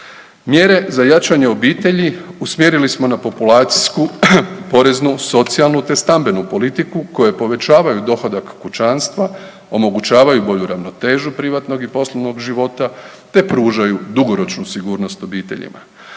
Mjere za jačanje obitelji usmjerili smo na populacijsku, poreznu, socijalnu, te stambenu politiku koje povećavaju dohodak kućanstva, omogućavaju bolju ravnotežu privatnog i poslovnog života, te pružaju dugoročnu sigurnost obiteljima.